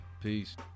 Peace